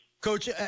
Coach